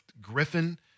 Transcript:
Griffin